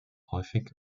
häufig